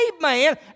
man